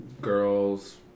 girls